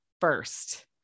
first